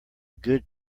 good